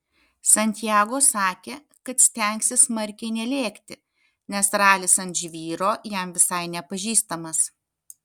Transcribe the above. santiago sakė kad stengsis smarkiai nelėkti nes ralis ant žvyro jam visai nepažįstamas